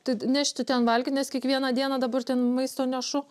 tai nešti ten valgyt nes kiekvieną dieną dabar ten maisto nešu